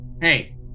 hey